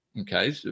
okay